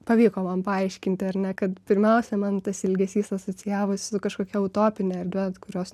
pavyko man paaiškinti ar ne kad pirmiausia man tas ilgesys asocijavosi su kažkokia utopine erdve kurios